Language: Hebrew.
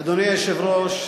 אדוני היושב-ראש,